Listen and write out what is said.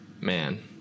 man